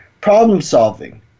problem-solving